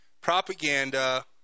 propaganda